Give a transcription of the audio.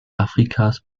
afrikas